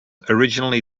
originally